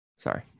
Sorry